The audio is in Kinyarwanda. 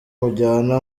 mujyana